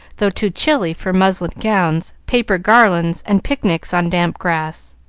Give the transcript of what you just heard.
though too chilly for muslin gowns, paper garlands, and picnics on damp grass.